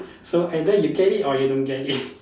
so either you get it or you don't get it